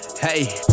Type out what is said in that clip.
hey